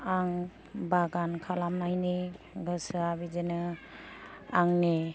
आं बागान खालामनायनि गोसोआ बिदिनो आंनि